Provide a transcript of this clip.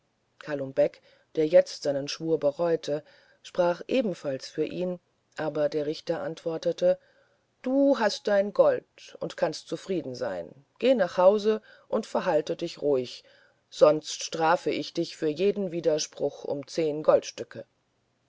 kalum beck der jetzt seinen schwur bereute sprach ebenfalls für ihn aber der richter antwortete du hast dein gold und kannst zufrieden sein gehe nach hause und verhalte dich ruhig sonst strafe ich dich für jeden widerspruch um goldstücke